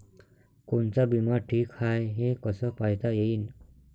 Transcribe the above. कोनचा बिमा ठीक हाय, हे कस पायता येईन?